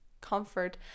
comfort